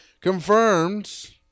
confirms